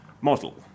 model